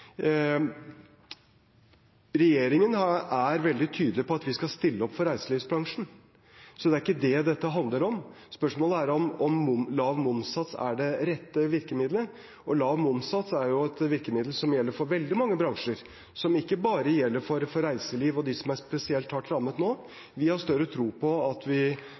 Regjeringen er veldig tydelig på at vi skal stille opp for reiselivsbransjen, så det er ikke det dette handler om. Spørsmålet er om lav momssats er det rette virkemiddelet. Lav momssats er et virkemiddel som gjelder for veldig mange bransjer, som ikke bare gjelder for reiseliv og de som er spesielt hardt rammet nå. Vi har større tro på at vi